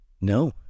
No